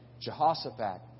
Jehoshaphat